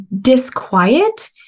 disquiet